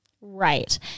Right